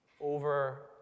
over